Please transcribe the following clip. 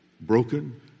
broken